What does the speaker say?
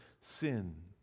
sin